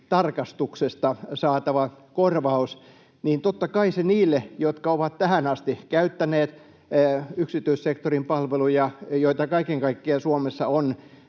tarkastuksesta saatava korvaus, niin totta kai se niille, jotka ovat tähän asti käyttäneet yksityissektorin palveluja — joita kaiken kaikkiaan Suomessa on